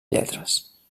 lletres